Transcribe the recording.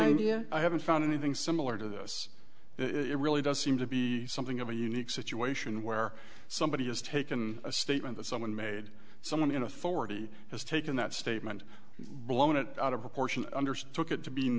idea i haven't found anything similar to this it really does seem to be something of a unique situation where somebody has taken a statement that someone made someone in authority has taken that statement blown it out of proportion understood at to be